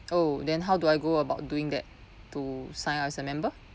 oh then how do I go about doing that to sign up as a member